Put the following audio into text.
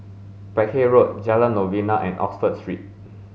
Peck Hay Road Jalan Novena and Oxford Street